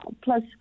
plus